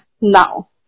Now